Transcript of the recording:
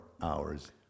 hours